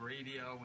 Radio